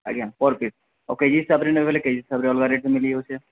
ଆଜ୍ଞା per piece ଆଉ KG ହିସାବରେ ହେଲେ ଅମର ଏଠି ମିଲି ଯାଉଛେ